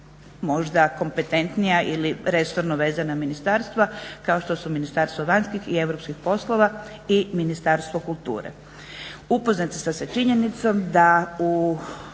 možda kompetentnija ili resorno vezana ministarstva kao što su Ministarstvo vanjskih i europskih poslova i Ministarstvo kulture. Upoznati sa činjenicom da u